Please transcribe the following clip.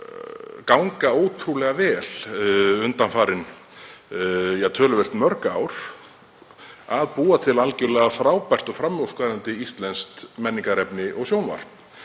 ganga ótrúlega vel undanfarin töluvert mörg ár að búa til algerlega frábært og framúrskarandi íslenskt menningarefni og sjónvarp.